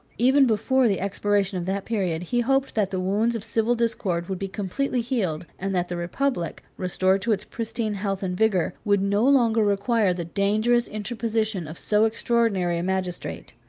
even before the expiration of that period, he hope that the wounds of civil discord would be completely healed, and that the republic, restored to its pristine health and vigor, would no longer require the dangerous interposition of so extraordinary a magistrate.